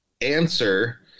answer